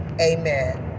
amen